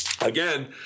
again